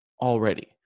already